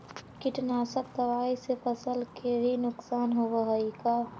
कीटनाशक दबाइ से फसल के भी नुकसान होब हई का?